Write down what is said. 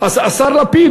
השר לפיד,